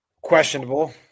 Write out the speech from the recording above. Questionable